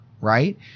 right